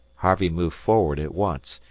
harvey moved forward at once.